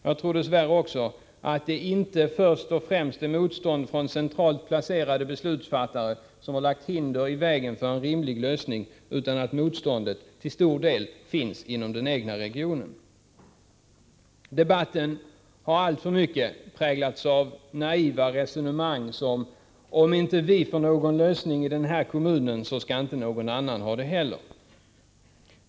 Jag tror dess värre också att det inte först och främst är motstånd från centralt placerade beslutsfattare som har lagt hinder i vägen för en rimlig lösning, utan att motståndet till stor del finns inom den egna regionen. Debatten har alltför mycket präglats av naiva resonemang där man sagt: Om inte vi får någon lösning för vår kommun, så skall inte heller någon annan ha det.